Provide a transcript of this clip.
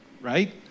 right